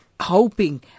hoping